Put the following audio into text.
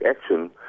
action